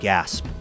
Gasp